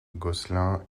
gosselin